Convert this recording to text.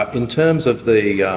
ah in terms of the, yeah